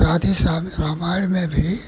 राधे में रामायण में भी